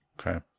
Okay